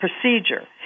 procedure